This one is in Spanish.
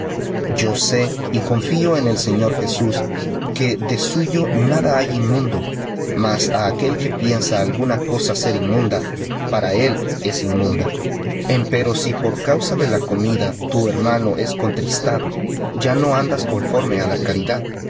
yo sé y confío en el señor jesús que de suyo nada hay inmundo mas á aquel que piensa alguna cosa ser inmunda para él es inmunda empero si por causa de la comida tu hermano es contristado ya no andas conforme á la caridad